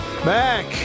Back